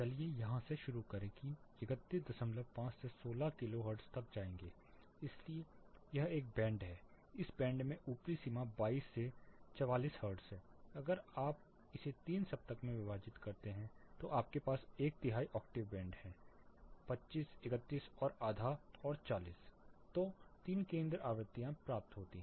चलिए यहां से शुरू करें कि 315 से 16 किलो हर्ट्ज तक जाएंगे इसलिए यह एक बैंड है इस बैंड में ऊपरी सीमा 22 से 44 हर्ट्ज़ है अगर आप इसे तीन सप्तक में विभाजित करते हैं तो आपके पास एक तिहाई ऑक्टेव बैंड है 25 31 और आधा और 40 तो तीन केंद्र आवृत्तियों प्राप्त होती हैं